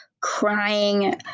crying